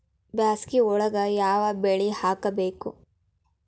ಬ್ಯಾಸಗಿ ಒಳಗ ಯಾವ ಬೆಳಿ ಹಾಕಬೇಕು?